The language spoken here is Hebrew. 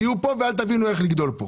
תהיו פה ואל תבינו איך לגדול פה,